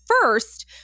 first